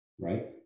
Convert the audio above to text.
right